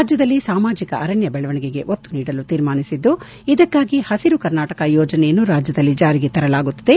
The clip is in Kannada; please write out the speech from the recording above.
ರಾಜ್ಯದಲ್ಲಿ ಸಾಮಾಜಿಕ ಅರಣ್ಯ ಬೆಳವಣಿಗೆಗೆ ಒತ್ತು ನೀಡಲು ತೀರ್ಮಾನಿಸಿದ್ದು ಇದಕ್ಕಾಗಿ ಹಸಿರು ಕರ್ನಾಟಕ ಯೋಜನೆಯನ್ನು ರಾಜ್ಯದಲ್ಲಿ ಜಾರಿಗೆ ತರಲಾಗುತ್ತಿದೆ